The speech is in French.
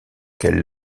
quelle